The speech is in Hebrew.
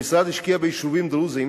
המשרד השקיע ביישובים דרוזיים